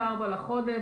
ב-24 לחודש